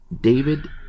David